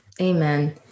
Amen